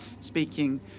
speaking